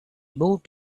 moved